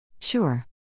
Sure